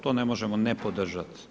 To ne možemo ne podržati.